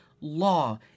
law